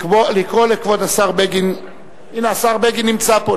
הנה, השר בגין נמצא פה.